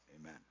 Amen